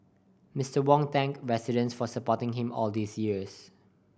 Mister Wong thanked residents for supporting him all these years